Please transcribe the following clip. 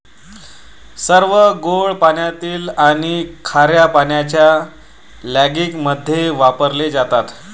सर्व गोड पाण्यातील आणि खार्या पाण्याच्या अँलिंगमध्ये वापरले जातात